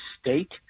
state